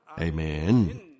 Amen